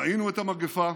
ראינו את המגפה,